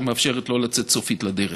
שמאפשרת לו לצאת סופית לדרך.